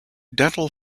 dental